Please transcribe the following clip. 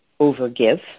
overgive